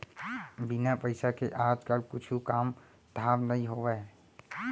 बिन पइसा के आज काल कुछु कामे धाम नइ होवय